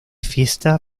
fiesta